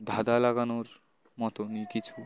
ধাঁধা লাগানোর মতনই কিছু